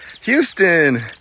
Houston